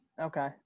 okay